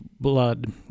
blood